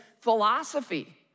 philosophy